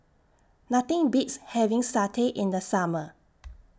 Nothing Beats having Satay in The Summer